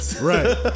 right